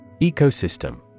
Ecosystem